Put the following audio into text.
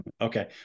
Okay